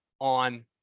on